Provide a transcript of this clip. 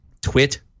twit